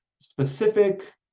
specific